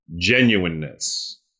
genuineness